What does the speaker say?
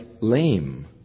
lame